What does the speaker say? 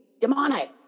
demonic